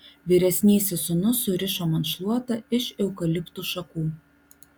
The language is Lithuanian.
vyresnysis sūnus surišo man šluotą iš eukaliptų šakų